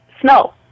snow